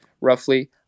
roughly